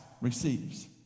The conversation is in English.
receives